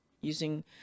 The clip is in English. using